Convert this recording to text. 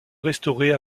restaurée